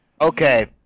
Okay